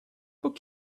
book